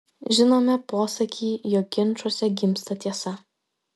žinome posakį jog ginčuose gimsta tiesa